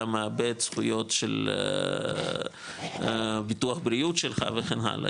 אתה מאבד זכויות של ביטוח בריאות שלך וכן הראה,